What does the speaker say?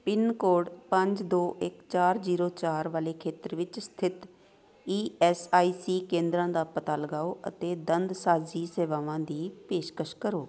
pin code ਪੰਜ ਦੋ ਇੱਕ ਚਾਰ ਜੀਰੋ ਚਾਰ ਵਾਲੇ ਖੇਤਰ ਵਿੱਚ ਸਥਿਤ ਈ ਐੱਸ ਆਈ ਸੀ ਕੇਂਦਰਾਂ ਦਾ ਪਤਾ ਲਗਾਓ ਅਤੇ ਦੰਦਸਾਜ਼ੀ ਸੇਵਾਵਾਂ ਦੀ ਪੇਸ਼ਕਸ਼ ਕਰੋ